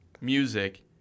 music